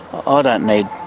ah don't need